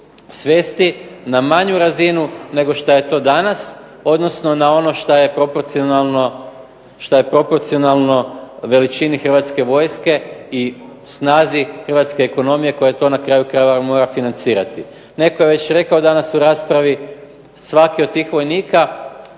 svesti na manju razinu nego što je to danas, odnosno na ono što je proporcionalno veličini Hrvatske vojske i snazi hrvatske ekonomije koja to na kraju krajeva mora financirati. Netko je već rekao danas u raspravi, svaki od tih vojnika